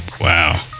Wow